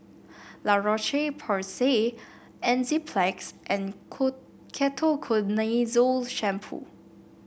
La Roche Porsay Enzyplex and Ketoconazole Shampoo